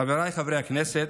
חבריי חברי הכנסת,